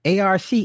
ARC